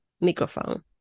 microphone